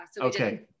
Okay